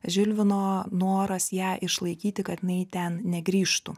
žilvino noras ją išlaikyti kad jinai ten negrįžtų